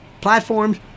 platforms